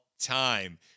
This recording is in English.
time